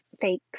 fake